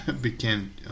began